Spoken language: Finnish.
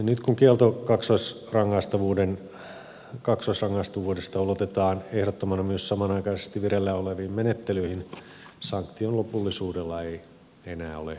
nyt kun kielto kaksoisrangaistavuudesta ulotetaan ehdottomana myös samanaikaisesti vireillä oleviin menettelyihin sanktion lopullisuudella ei enää ole merkitystä